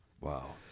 Wow